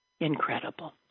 incredible